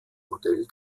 modell